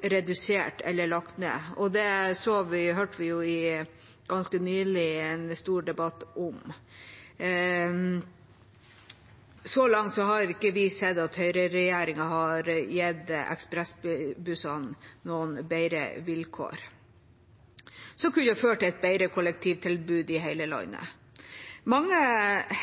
vi ikke sett at høyreregjeringa har gitt ekspressbussene bedre vilkår, som kunne ført til et bedre kollektivtilbud i hele landet. Mange